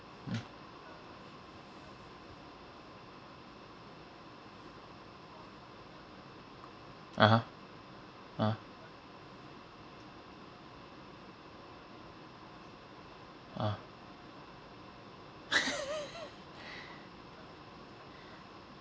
mm (uh huh) ah ah